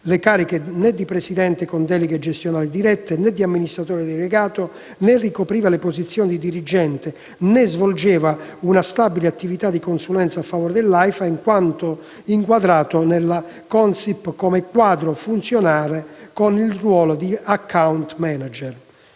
le cariche di presidente con deleghe gestionali dirette, né di amministratore delegato, né ricopriva le posizioni di dirigente, né svolgeva una stabile attività di consulenza a favore dell'Aifa, in quanto inquadrato nella Consip SpA come quadro/funzionario, con il ruolo di *account manager*.